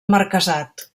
marquesat